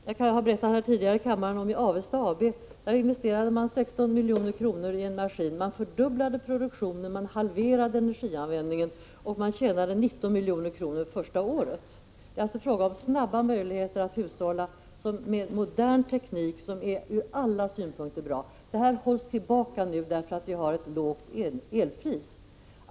Jag har berättat tidigare här i kammaren om hur Avesta AB investerade 16 milj.kr. i en maskin — man fördubblade produktionen och halverade energianvändningen, och man tjänade 19 miljoner första året. Med modern teknik finns det alltså utomordentligt goda möjligheter att snabbt spara energi, men strävanden i den vägen hålls tillbaka av att vi har ett lågt elpris.